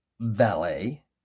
valet